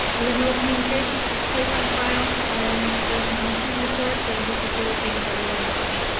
we have no communications to place on file and next is monitoring reports that'll be facilliated by laura mccoy.